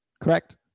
Correct